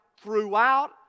throughout